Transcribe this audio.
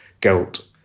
guilt